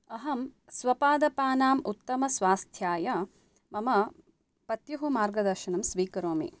अहं स्वपादपानाम् उत्तमस्वास्थ्याय मम पत्युः मार्गदर्शनं स्वीकरोमि